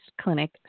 clinic